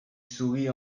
sourit